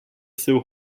siu